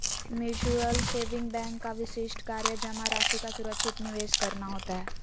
mutual saving bank का विशिष्ट कार्य जमा राशि का सुरक्षित निवेश करना होता है